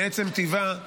מעצם טיבה,